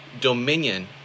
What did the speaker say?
dominion